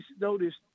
noticed